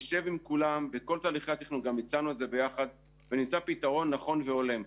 נשב עם כולם בכל תהליכי התכנון ונמצא פתרון נכון והולם.